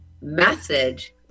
message